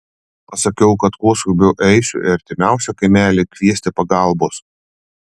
pasakiau kad kuo skubiau eisiu į artimiausią kaimelį kviesti pagalbos